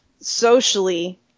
socially